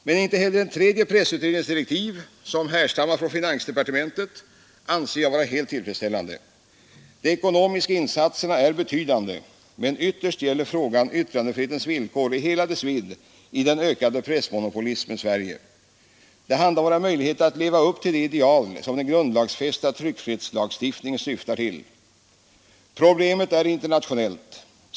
Men inte heller den tredje pressutredningens direktiv — som härstammar från finansdepartementet — anser jag helt tillfredsställande. De ekonomiska insatserna är betydande, men ytterst gäller frågan yttrandefrihetens villkor i hela dess vidd i den ökande pressmonopolismens Sverige. Det handlar om våra möjligheter att leva upp till de ideal som den grundlagsfästa tryckfrihetslagstiftningen syftar till. Problemet är internationellt.